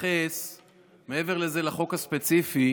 מעבר לחוק הספציפי